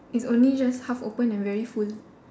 it's only just half opened and very full